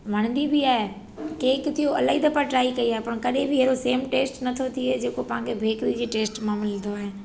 वणंदी बि आहे केक थियो इलाही दफ़ा ट्राय कई आहे पर कॾहिं बि अहिड़ो सेम टेस्ट नथो थिए जेको पाण खे बेकरी जी टेस्ट मां मिलंदो आहे